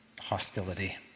hostility